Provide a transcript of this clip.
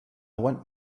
want